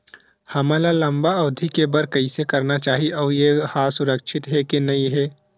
हमन ला लंबा अवधि के बर कइसे करना चाही अउ ये हा सुरक्षित हे के नई हे?